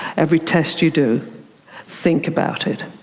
every test you do think about it.